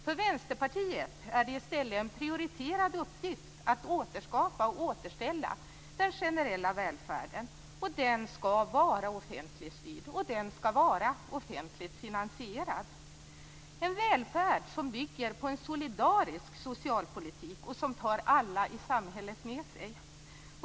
För Vänsterpartiet är det i stället en prioriterad uppgift att återskapa och återställa den generella välfärden. Den skall vara offentligt styrd, och den skall vara offentligt finansierad. Det är en välfärd som bygger på en solidarisk socialpolitik och som tar alla i samhället med sig.